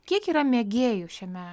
kiek yra mėgėjų šiame